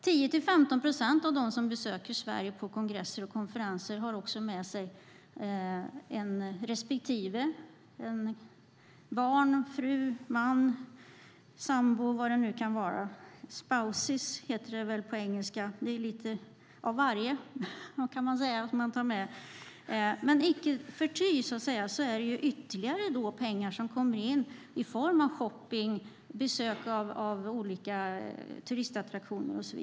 10-15 procent av dem som besöker Sverige på kongresser och konferenser har också med sig en respektive - barn, fru, man och vad det nu kan vara. Spouses tror jag att det heter på engelska. Det är lite av varje. Men det innebär ytterligare pengar som kommer in vid shopping och besök av olika turistattraktioner.